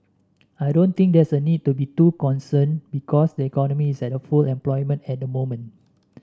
I don't think there's a need to be too concerned because the economy is at full employment at the moment